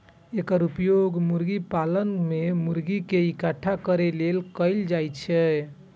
एकर उपयोग मुर्गी पालन मे मुर्गी कें इकट्ठा करै लेल कैल जाइ छै